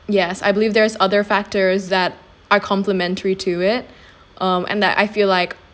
yes I believe there's other factors that are complimentary to it um and that I feel like